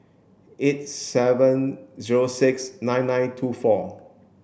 eight seven zero six nine nine two four